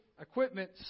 equipment